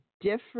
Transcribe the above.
different